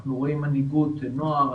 אנחנו רואים מנהיגות נוער.